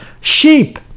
Sheep